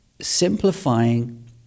simplifying